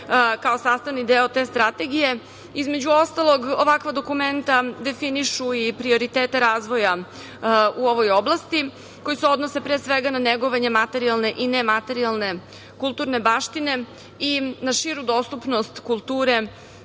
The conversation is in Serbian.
kao sastavni deo te Strategije. Između ostalog, ovakva dokumenta definišu i prioritete razvoja u ovoj oblasti, koji se odnose pre svega na negovanje materijalne i nematerijalne kulturne baštine i na širu dostupnost kulture